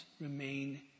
remain